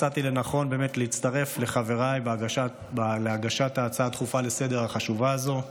מצאתי לנכון להצטרף לחבריי בהגשת ההצעה הדחופה והחשובה הזאת לסדר-היום.